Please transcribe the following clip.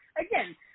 again